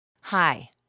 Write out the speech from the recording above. Hi